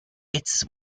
its